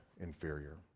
inferior